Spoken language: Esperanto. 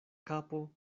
kapo